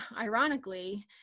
ironically